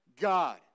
God